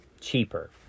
cheaper